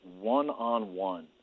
one-on-one